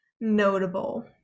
notable